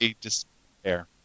despair